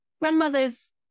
grandmother's